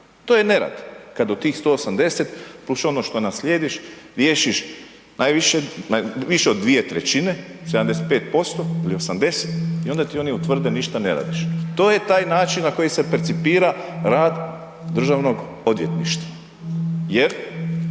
To je nerad kad od tih 180 plus ono što naslijediš riješiš više od dvije trećine 75% ili 80% i onda ti oni utvrde ništa ne radiš. To je taj način na koji se percipira rad DORH-a jer